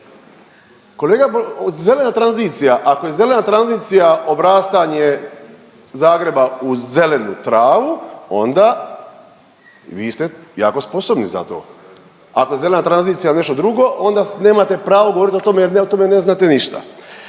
zelena tranzicija, ako je zelena tranzicija obrastanje Zagreba u zelenu travu onda vi ste jako sposobni za to, ako je zelena tranzicija nešto drugo onda nemate pravo govoriti o tome jer o tome ne znate ništa.